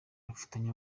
bafitanye